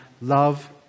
love